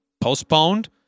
postponed